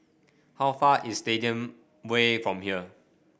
how far is Stadium Way from here